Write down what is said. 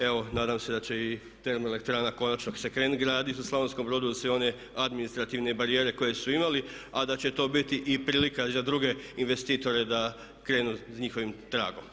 Evo nadam se da će i termoelektrana konačno se krenuti graditi u Slavonskom Brodu da se i one administrativne barijere koje su imali, a da će to biti prilika i za druge investitore da krenu njihovim tragom.